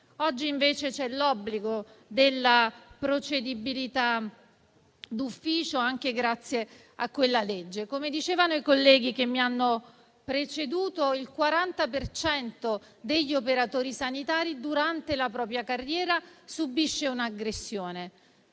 Oggi, invece, c'è l'obbligo della procedibilità d'ufficio anche grazie a quella legge. Come dicevano i colleghi che mi hanno preceduto, il 40 per cento degli operatori sanitari, durante la propria carriera, subisce un'aggressione.